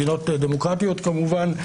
מדינות דמוקרטיות כמובן,